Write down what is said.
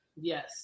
Yes